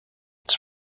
its